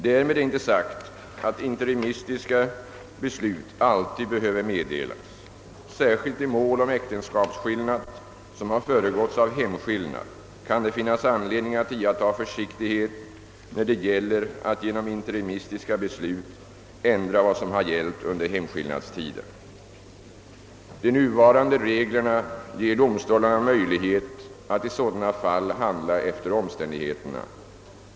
Därmed är inte sagt att interimistiska beslut alltid behöver meddelas. Särskilt i mål om äktenskapsskillnad, som har föregåtts av hemskillnad, kan det finnas anledning att iaktta försiktighet när det gäller att genom interimistiska beslut ändra vad som har gällt under hemskillnadstiden. De nuvarande reglerna ger domstolarna möjlighet att i sådana fall handla efter omständigheterna.